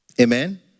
Amen